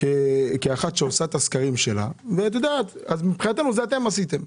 כאחת שעושה את הסקרים ואז מבחינתנו זה כאילו המשרד עשה.